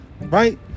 right